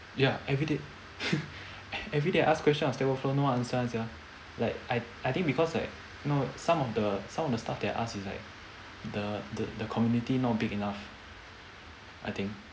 ya everyday everyday I ask questions on stack overflow no answer sia like I I think because like no some of the some of the stuff that I ask is like the the the community not big enough I think